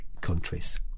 countries